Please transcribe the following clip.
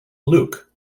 luke